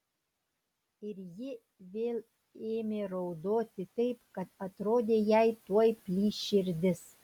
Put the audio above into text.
ir ji vėl ėmė raudoti taip kad atrodė jai tuoj plyš širdis